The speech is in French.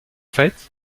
fait